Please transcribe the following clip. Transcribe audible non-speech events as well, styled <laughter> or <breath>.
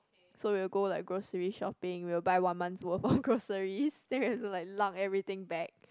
so we will go like grocery shopping we will buy one month's worth of groceries <breath> then we have to like lug everything back